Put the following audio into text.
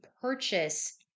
purchase